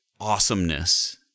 awesomeness